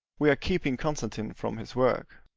we are keeping constantine from his work.